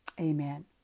Amen